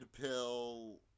pill